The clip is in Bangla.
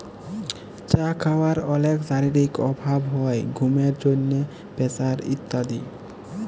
চা খাওয়ার অলেক শারীরিক প্রভাব হ্যয় ঘুমের জন্হে, প্রেসার ইত্যাদি